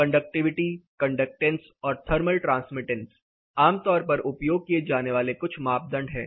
conductivity conductance और thermal transmittance आमतौर पर उपयोग किए जाने वाले कुछ मापदंड है